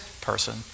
person